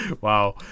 Wow